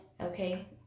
okay